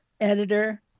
editor